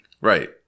right